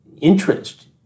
interest